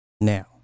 Now